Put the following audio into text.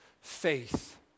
faith